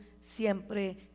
siempre